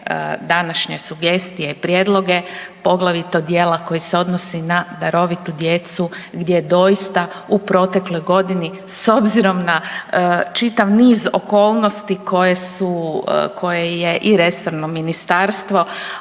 današnje sugestije i prijedloge, poglavito dijela koji se odnosi na darovitu djecu gdje doista u protekloj godini s obzirom na čitav niz okolnosti koje je i resorno ministarstvo,